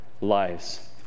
lives